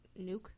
nuke